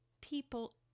People